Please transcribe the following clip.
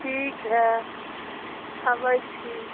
ठीक हइ अबै छी